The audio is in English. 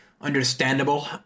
understandable